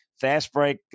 fast-break